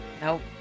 Nope